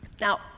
now